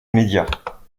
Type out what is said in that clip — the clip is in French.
médias